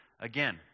again